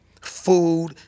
food